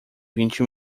vinte